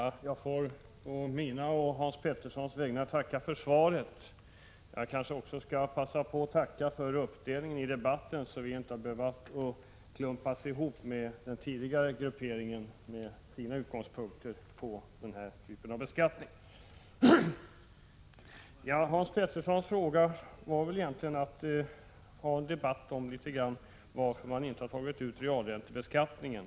Fru talman! Både å mina vägnar och å Hans Peterssons i Hallstahammar vägnar ber jag att få tacka för svaret. Jag kanske också skall passa på och tacka för uppdelningen av debatten, dvs. för att man inte har så att säga klumpat ihop oss med den tidigare grupperingen här. Jag säger det med tanke på de andras utgångspunkter vad gäller den här typen av beskattning. Hans Petersson ville väl egentligen föra en debatt om varför man avstod från realräntebeskattningen.